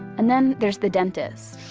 and then, there's the dentist